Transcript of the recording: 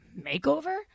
makeover